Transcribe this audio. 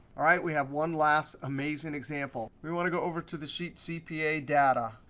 all right, we have one last amazing example. we want to go over to the sheet cpa data.